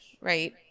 right